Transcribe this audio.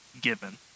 given